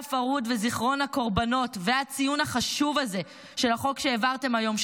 אירועי הפרהוד וזיכרון הקורבנות והציון החשוב הזה של החוק שהעברתם היום,